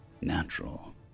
natural